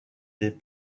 des